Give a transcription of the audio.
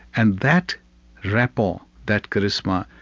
and that rapport, that charisma,